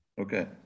Okay